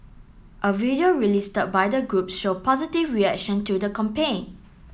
a video release by the group show positive reaction to the compaign